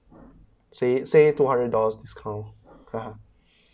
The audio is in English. say it say two hundred dollars' discount (uh huh)